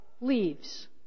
leaves